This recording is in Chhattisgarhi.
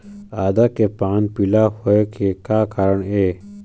आदा के पान पिला होय के का कारण ये?